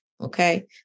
Okay